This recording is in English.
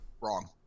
Wrong